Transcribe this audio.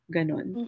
Ganon